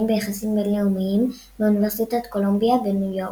ביחסים בינלאומיים באוניברסיטת קולומביה בניו יורק.